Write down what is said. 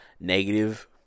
negative